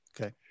okay